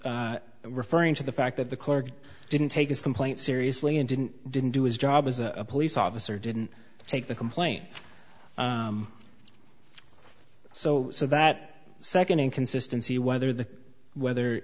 referring to the fact that the clerk didn't take his complaint seriously and didn't didn't do his job as a police officer didn't take the complaint so so that second inconsistency whether the whether